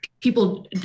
people